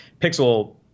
Pixel